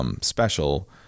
special